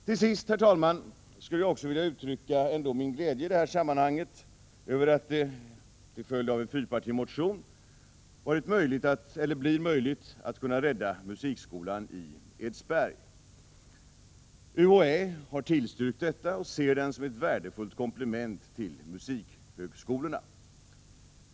Till sist, herr talman, skulle jag i det här sammanhanget vilja uttrycka min glädje över att det till följd av en fyrpartimotion blir möjligt att rädda musikskolan i Edsberg. UHÄ har tillstyrkt, och man ser skolan som ett värdefullt komplement till musikhögskolorna.